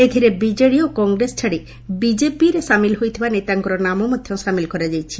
ଏଥରେ ବିଜଡ଼ି ଓ କଂଗ୍ରେସ ଛାଡ଼ି ବିଜେପିରେ ସାମିଲ ହୋଇଥିବା ନେତାଙ୍କ ନାମ ମଧ ସାମିଲ କରାଯାଇଛି